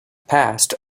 passed